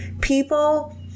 people